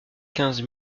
quinze